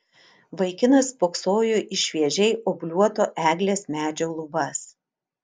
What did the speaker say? vaikinas spoksojo į šviežiai obliuoto eglės medžio lubas